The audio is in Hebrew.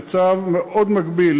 בצו מאוד מגביל,